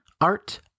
art